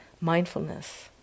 mindfulness